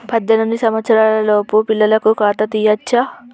పద్దెనిమిది సంవత్సరాలలోపు పిల్లలకు ఖాతా తీయచ్చా?